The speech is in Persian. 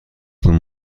تون